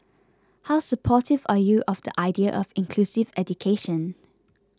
how supportive are you of the idea of inclusive education